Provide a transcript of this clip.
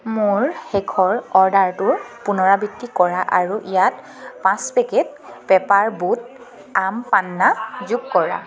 মোৰ শেষৰ অৰ্ডাৰটোৰ পুনৰাবৃত্তি কৰা আৰু ইয়াত পাঁচ packet Paper Boat aam panna যোগ কৰা